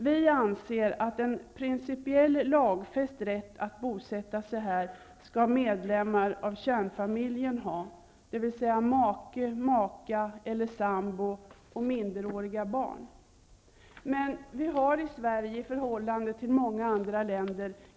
Vi anser att en principiell, lagfäst rätt att bosätta sig här skall ges medlemmar av kärnfamiljen, d.v.s. Men vi har i Sverige ett snävt familjebegrepp i förhållande till många andra länder.